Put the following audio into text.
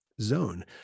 zone